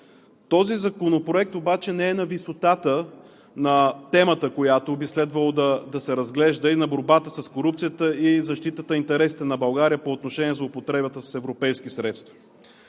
Този законопроект обаче не е на висотата на темата, която би следвало да се разглежда, и на борбата с корупцията, и защитата на интересите на България по отношение на злоупотребата с европейски средства,